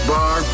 Bar